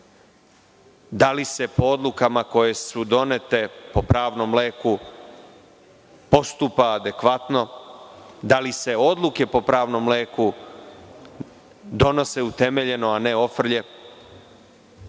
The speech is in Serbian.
da li se po odlukama koje su donete po pravnom leku postupa adekvatno, da li se odluke po pravnom leku donose utemeljeno a ne ofrlje,